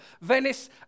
Venice